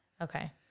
Okay